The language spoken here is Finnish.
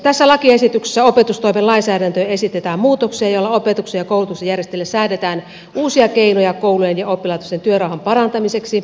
tässä lakiesityksessä opetustoimen lainsäädäntöön esitetään muutoksia joilla opetuksen ja koulutuksen järjestäjille säädetään uusia keinoja koulujen ja oppilaitosten työrauhan parantamiseksi